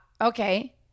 Okay